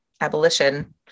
abolition